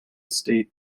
state